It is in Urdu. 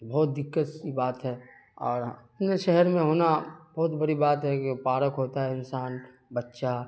بہت دقت کی بات ہے اور اپنے شہر میں ہونا بہت بڑی بات ہے کہ پارک ہوتا ہے انسان بچہ